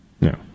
No